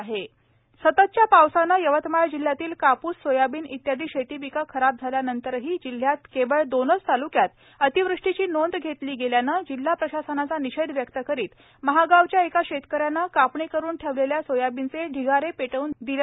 soybean Yavatmal सततच्या पावसाने यवतमाळ जिल्ह्यातील काप्स सोयाबीन आदी शेतीपिके खराब झाल्यानंतरही जिल्ह्यात केवळ दोनच ताल्क्यात अतिवृष्टीची नोंद घेतली गेल्याने जिल्हा प्रशासनाचा निषेध व्यक्त करीत महागावच्या एका शेतकऱ्याने कापणी करून ठेवलेल्या सोयाबीनचे ढिगारे पेटवून दिले